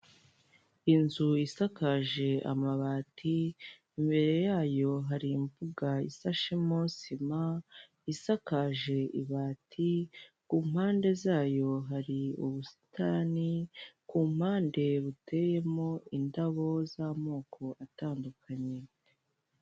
Inzu isakaje amabati, imbere yayo hari imbuga isashemo sima isakaje ibati, ku mpande zayo hari ubusitani, ku mpande buteyemo indabo z'amoko atandukanye.